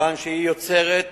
מכיוון שהיא יוצרת